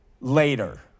later